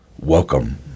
Welcome